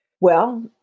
Well-